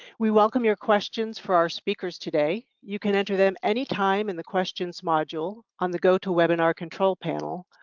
we welcome your questions for our speakers today. you can enter them anytime in the questions module on the gotowebinar control panel.